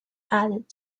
added